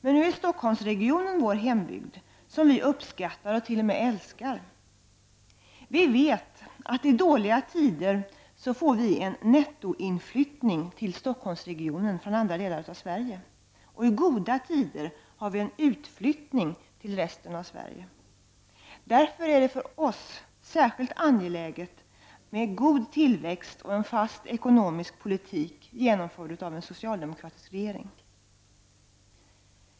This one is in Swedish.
Men nu är Stockholmsregionen vår hembygd, som vi uppskattar och t.o.m. älskar. Vi vet att i dåliga tider får vi en nettoinflyttning till Stockholmsregionen från andra delar av Sverige, medan vi i goda tider har en utflyttning till det övriga Sverige. Därför är det för oss särskilt angeläget med en god tillväxt och en fast ekonomisk politik, genomförd av en socialdemokratisk regering.